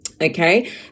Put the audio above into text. Okay